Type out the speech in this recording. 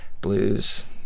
Blues